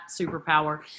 superpower